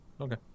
Okay